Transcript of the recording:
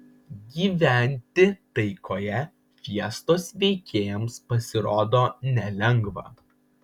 gyventi taikoje fiestos veikėjams pasirodo nelengva